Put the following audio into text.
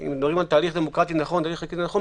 שאם מדברים על תהליך דמוקרטי נכון ותהליך חקיקה נכון,